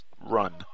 run